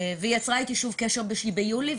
הפעם הנוספת שהיא יצרה איתי קשר הייתה בחודש יולי,